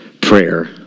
Prayer